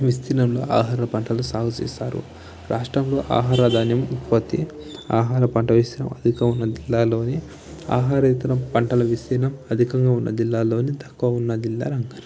విస్తీర్ణంలో ఆహార పంటలు సాగుచేస్తారు రాష్ట్రంలో ఆహార ధాన్యం ఉత్పత్తి ఆహార పంటవేస్తున్న అధికంగా ఉన్న జిల్లాలోని ఆహారేతర పంటల విస్తీర్ణం అధికంగా ఉన్న జిల్లాలోని తక్కువ ఉన్న జిల్లా